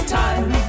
time